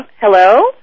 Hello